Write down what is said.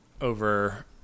over